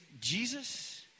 jesus